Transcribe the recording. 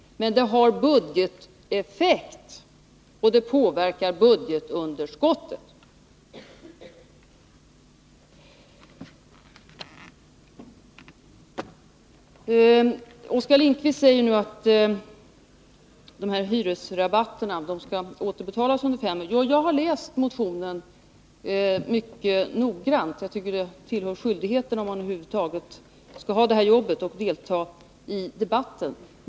Men det har budgeteffekt och det påverkar budgetunderskottet. Oskar Lindkvist säger att hyresrabatterna skall återbetalas. Jag har läst motionen mycket noggrant. Jag tycker att det tillhör skyldigheten om man över huvud taget skall ha det här jobbet och delta i debatten.